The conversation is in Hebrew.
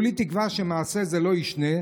כולי תקווה שמעשה כזה לא יישנה,